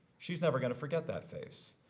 she's never going to forget that face.